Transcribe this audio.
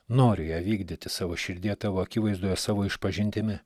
nori ją vykdyti savo širdyje tavo akivaizdoje savo išpažintimi